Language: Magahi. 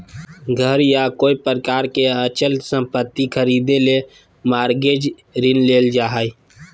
घर या कोय प्रकार के अचल संपत्ति खरीदे ले मॉरगेज ऋण लेल जा हय